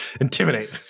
intimidate